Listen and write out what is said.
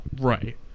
Right